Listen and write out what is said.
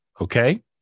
Okay